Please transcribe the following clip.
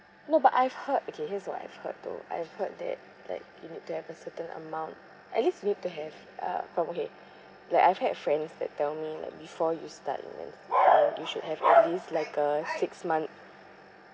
no but I've heard okay here's what I've heard though I've heard that like you need to have a certain amount at least you need to have uh pro~ like I've had friends that tell me like before you start you must well you should have at least like a six month